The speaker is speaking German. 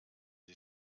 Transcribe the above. sie